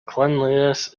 cleanliness